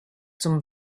zum